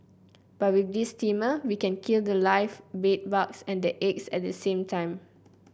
but with this steamer we can kill the live bed bugs and the eggs at the same time